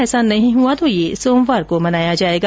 ऐसा नहीं हुआ तो यह सोमवार को मनाया जायेगा